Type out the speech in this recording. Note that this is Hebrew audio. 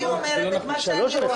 אני אומרת את מה שאני רואה,